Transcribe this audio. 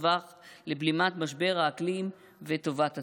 הטווח לבלימת משבר האקלים וטובת הציבור.